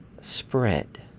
spread